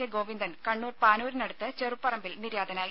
K Govindan Kannur പാനൂരിനടുത്ത് ചെറുപ്പറമ്പിൽ നിര്യാതനായി